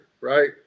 right